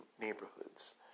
neighborhoods